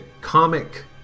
comic